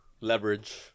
leverage